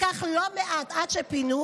לקח לא מעט עד שפינו,